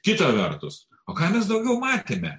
kita vertus o ką mes daugiau matėme